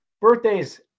Birthdays